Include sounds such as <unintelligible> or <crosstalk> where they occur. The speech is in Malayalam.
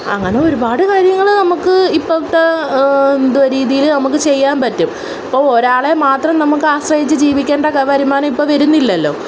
അങ്ങനൊരുപാട് കാര്യങ്ങള് നമുക്ക് ഇപ്പോഴത്തെ <unintelligible> രീതിയില് നമുക്ക് ചെയ്യാൻ പറ്റും ഇപ്പോള് ഒരാളെ മാത്രം നമുക്ക് ആശ്രയിച്ച് ജീവിക്കേണ്ട വരുമാനം ഇപ്പോള് വരുന്നില്ലല്ലോ